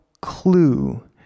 clue